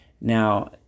now